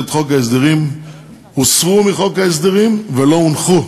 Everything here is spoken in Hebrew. חוק ההסדרים הוסרו מחוק ההסדרים ולא הונחו,